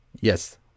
Yes